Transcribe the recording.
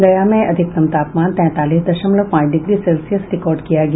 गया में अधिकतम तापमान तैंतालीस दशमलव पांच डिग्री सेल्सियस रिकॉर्ड किया गया